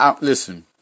listen